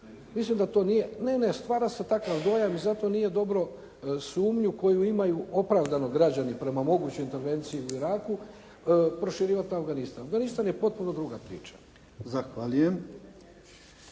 Mislim da to nije, ne, ne, stvara se takav dojam i zato nije dobro sumnju koju imaju opravdano građani prema mogućoj intervenciji u Iraku proširivati u Afganistan. Afganistan je potpuno druga priča. **Jarnjak,